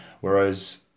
Whereas